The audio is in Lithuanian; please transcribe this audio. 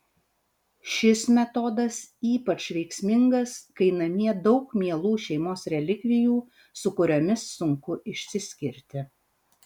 šis metodas ypač veiksmingas kai namie daug mielų šeimos relikvijų su kuriomis sunku išsiskirti